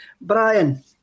Brian